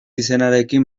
izenarekin